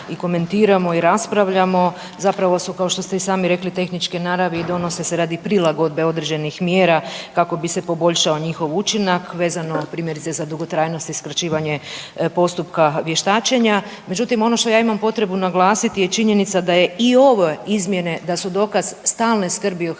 i komentiramo i raspravljamo, zapravo su kao što ste i sami rekli tehničke naravi i donose se radi prilagodbe određenih mjera kako bi se poboljšao njihov učinak vezano primjerice za dugotrajnost i skraćivanje postupka vještačenja, međutim ono što ja imam potrebu naglasiti je činjenica da je ove izmjene da su dokaz stalne skrbi o hrvatskim